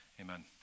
amen